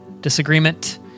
Disagreement